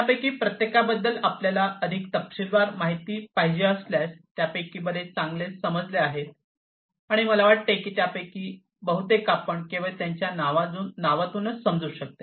यापैकी प्रत्येकाबद्दल आपल्याला अधिक तपशीलवार माहिती पाहिजे असल्यास त्यापैकी बरेच चांगले समजले आहेत आणि मला वाटते की त्यापैकी बहुतेक आपण केवळ त्यांच्या नावांतून समजू शकता